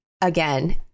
again